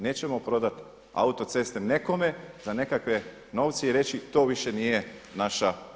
Nećemo prodati autoceste nekome za nekakve novce i reći to više nije naša briga.